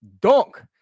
dunk